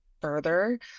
further